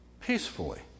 peacefully